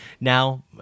now